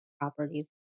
properties